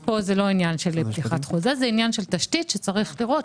פה זה לא חוזה אלא עניין של תשתית שצריך לראות